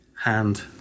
Hand